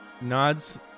nods